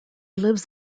lives